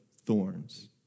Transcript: thorns